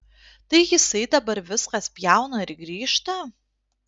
tai jisai dabar viską spjauna ir grįžta